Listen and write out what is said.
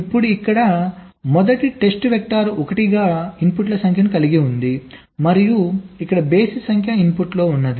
ఇప్పుడు ఇక్కడ మొదటి టెస్ట్ వెక్టర్ 1 గా ఇన్పుట్ల సంఖ్యను కలిగి ఉంది మరియు ఇక్కడ బేసి సంఖ్య ఇన్పుట్ ఉంది